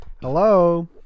Hello